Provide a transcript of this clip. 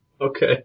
Okay